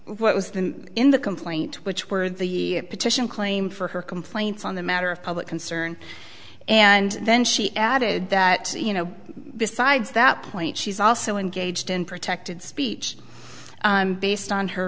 what was then in the complaint which were the petition claim for her complaints on the matter of public concern and then she added that you know besides that point she's also engaged in protected speech based on her